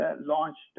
launched